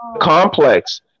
complex